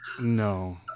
No